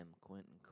Quentin